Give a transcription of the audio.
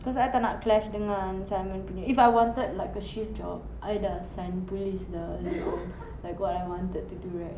because I tak nak clashed dengan simon punya if I wanted like a shift job I dah police lah like what I wanted to do right